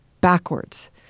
backwards